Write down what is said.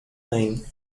name